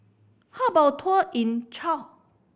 how about a tour in Chad